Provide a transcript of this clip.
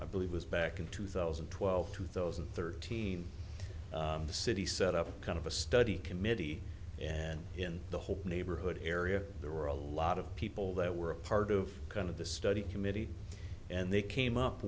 i believe was back in two thousand and twelve two thousand and thirteen the city set up a kind of a study committee and in the whole neighborhood area there were a lot of people that were a part of kind of the study committee and they came up